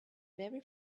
very